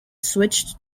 switched